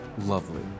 Lovely